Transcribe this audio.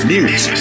News